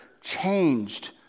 changed